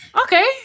Okay